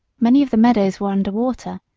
many of the meadows were under water,